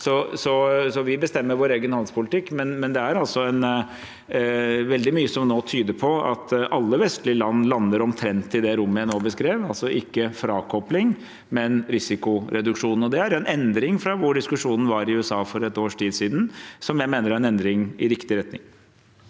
vi bestemmer vår egen handelspolitikk, men det er veldig mye som nå tyder på at alle vestlige land lander omtrent i det rommet jeg nå beskrev, altså ikke frakopling, men risikoreduksjon. Det er en endring fra hvor diskusjonen var i USA for et års tid siden, som jeg mener er en endring i riktig retning.